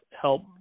help